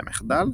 במחדל,